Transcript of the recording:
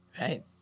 right